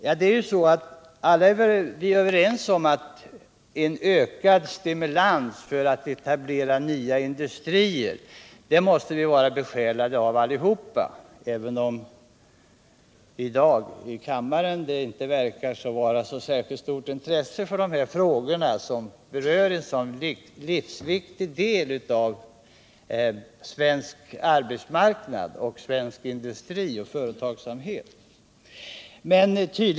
Vi är alla överens om behovet av en ökad stimulans för att etablera nya industrier. Alla måste vara besjälade av detta, även om det i kammaren i dag inte verkar vara så stort intresse för dessa frågor, vilka berör en så livsviktig del av svensk arbetsmarknad, svensk industri och företagsamhet.